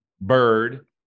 bird